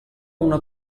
una